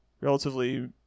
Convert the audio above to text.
relatively